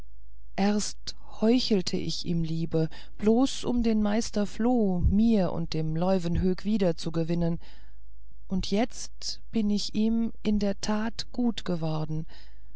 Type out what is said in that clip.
erst heuchelte ich ihm liebe bloß um den meister floh mir und dem leuwenhoek wiederzugewinnen und jetzt bin ich ihm in der tat gut geworden